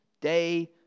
day